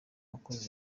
wakoze